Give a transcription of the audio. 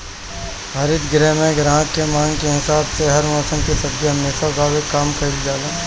हरित गृह में ग्राहक के मांग के हिसाब से हर मौसम के सब्जी हमेशा उगावे के काम कईल जाला